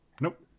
Nope